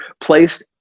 placed